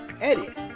edit